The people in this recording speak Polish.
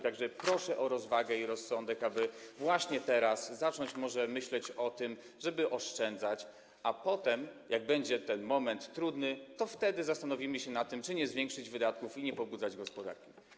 Tak że proszę o rozwagę i rozsądek, aby właśnie teraz zacząć może myśleć o tym, żeby oszczędzać, a potem, jak będzie moment trudny, to wtedy zastanowimy się nad tym, czy nie zwiększyć wydatków i nie pobudzać gospodarki.